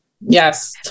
Yes